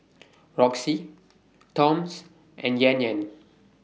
Roxy Toms and Yan Yan